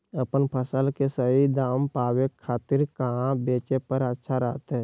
अपन फसल के सही दाम पावे खातिर कहां बेचे पर अच्छा रहतय?